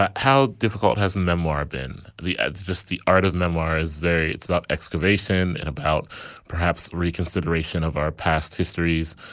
ah how difficult has a memoir of in the ads just the art of memoir is very it's about excavation and about perhaps reconsideration of our past histories.